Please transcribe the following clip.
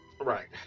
Right